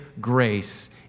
grace